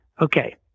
okay